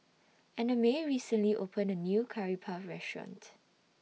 Annamae recently opened A New Curry Puff Restaurant